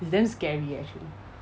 is damn scary actually